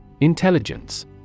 Intelligence